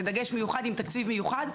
זה דגש מיוחד עם תקציב מיוחד,